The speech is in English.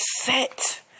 set